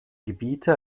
gebiete